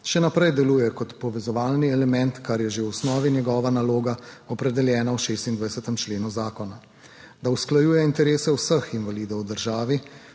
še naprej deluje kot povezovalni element, kar je že v osnovi njegova naloga, opredeljena v 26. členu zakona, da usklajuje interese vseh invalidov v državi,